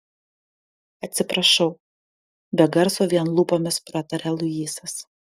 atsiprašau be garso vien lūpomis prataria luisas